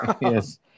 Yes